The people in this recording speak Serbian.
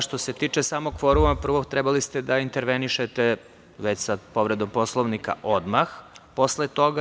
Što se tiče samog kvoruma prvo trebali ste da intervenišete već sa povredom Poslovnika odmah posle toga.